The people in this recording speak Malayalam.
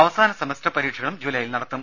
അവസാന സെമസ്റ്റർ പരീക്ഷകളും ജൂലായിൽ നടത്തും